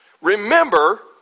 Remember